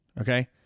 okay